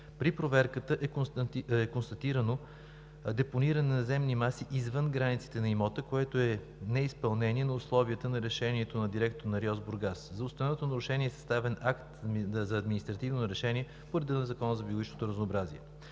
При проверката е констатирано депониране на земни маси извън границите на имота, което е неизпълнение на условията на решението на директора на РИОСВ – Бургас. За установеното нарушение е съставен акт за административно нарушение по реда на Закона за биологичното разнообразие.